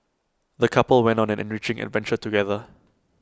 the couple went on an enriching adventure together